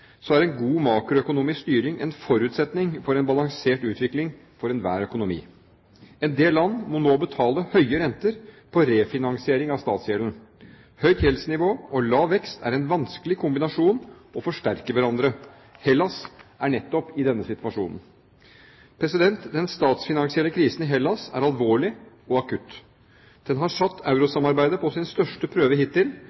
god makroøkonomisk styring en forutsetning for en balansert utvikling for enhver økonomi. En del land må nå betale høye renter på refinansiering av statsgjelden. Høyt gjeldsnivå og lav vekst er en vanskelig kombinasjon og forsterker hverandre. Hellas er nettopp i denne situasjonen. Den statsfinansielle krisen i Hellas er alvorlig og akutt. Den har satt